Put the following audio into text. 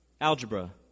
Algebra